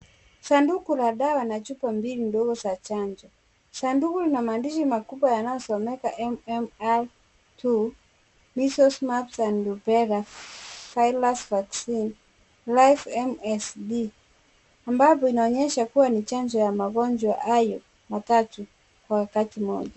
Sanduku la dawa na chupa mbili za chanjo. Sanduku lina maandishi makubwa yanayosomeka MMR two , Measles, Mumps and Rubella Virus vaccine . Life MSD ambapo inaonyesha kuwa ni chanjo ya magonjwa hayo matatu kwa wakati mmoja.